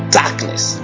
darkness